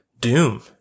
Doom